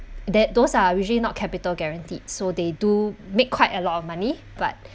that those are usually not capital guaranteed so they do make quite a lot of money but